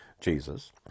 Jesus